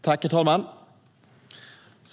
Herr talman!